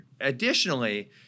Additionally